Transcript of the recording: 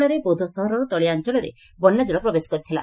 ଫଳରେ ବେିଦ୍ଧ ସହରର ତଳିଆ ଅଞ୍ଚଳରେ ବନ୍ୟାଜଳ ପ୍ରବେଶ କରିଥିଲା